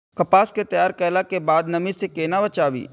कपास के तैयार कैला कै बाद नमी से केना बचाबी?